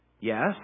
yes